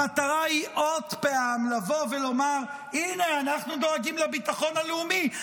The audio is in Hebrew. המטרה היא עוד פעם לבוא ולומר: הינה אנחנו דואגים לביטחון הלאומי,